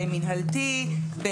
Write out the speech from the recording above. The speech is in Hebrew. במנהלתי,